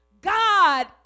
God